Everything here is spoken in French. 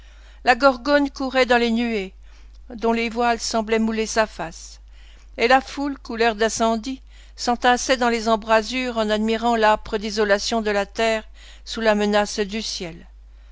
la gorgone courait dans les nuées dont les voiles semblaient mouler sa face et la foule couleur d'incendie s'entassait dans les embrasures en admirant l'âpre désolation de la terre sous la menace du ciel